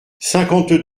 cinquante